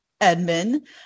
Edmund